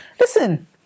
Listen